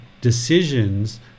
decisions